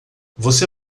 você